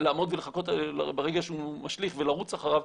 לעמוד ולחכות ברגע שהוא משליך ולרוץ אחריו,